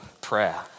prayer